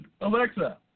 Alexa